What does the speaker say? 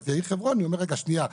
אז חברוני אומר 'רגע שנייה,